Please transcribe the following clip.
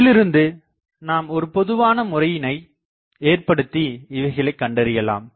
இதிலிருந்து நாம் ஒரு பொதுவான முறையினை ஏற்படுத்தி இவைகளை கண்டறியலாம்